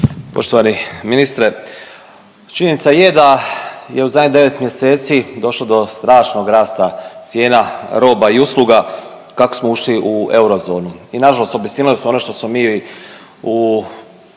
Poštovani ministre, činjenica je da je u zadnjih 9 mjeseci došlo do strašnog rasta cijena roba i usluga, kako smo ušli u eurozonu i nažalost obistinilo se ono što smo mi u